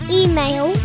email